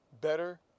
better